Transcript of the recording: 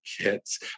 kids